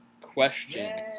questions